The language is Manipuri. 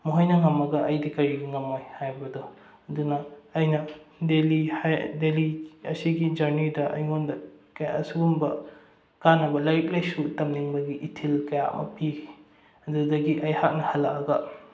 ꯃꯈꯣꯏꯗꯤ ꯉꯝꯃꯒ ꯑꯩꯗꯤ ꯀꯔꯤꯒꯤ ꯉꯝꯃꯣꯏ ꯍꯥꯏꯕꯗꯣ ꯑꯗꯨꯅ ꯑꯩꯅ ꯗꯦꯜꯂꯤ ꯑꯁꯤꯒꯤ ꯖꯔꯅꯤꯗ ꯑꯩꯉꯣꯟꯗ ꯑꯁꯤꯒꯨꯝꯕ ꯀꯥꯟꯅꯕ ꯂꯥꯏꯔꯤꯛ ꯂꯥꯏꯁꯨ ꯇꯝꯅꯤꯡꯕꯒꯤ ꯏꯊꯤꯜ ꯀꯌꯥ ꯑꯃ ꯄꯤꯈꯤ ꯑꯗꯨꯗꯒꯤ ꯑꯩꯍꯥꯛꯅ ꯍꯜꯂꯛꯑꯒ